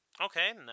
Okay